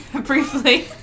Briefly